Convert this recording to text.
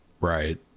Right